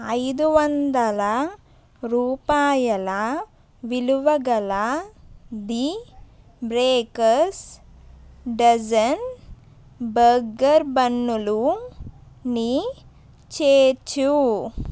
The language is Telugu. ఐదు వందల రూపాయల విలువ గల ది బ్రేకర్స్ డజన్ బర్గర్ బన్నులుని చేర్చు